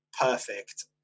perfect